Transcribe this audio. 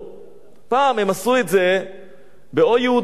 פעם הם עשו את זה ב"או יהודי או הצלוב",